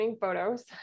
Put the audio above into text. photos